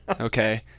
Okay